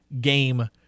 game